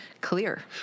clear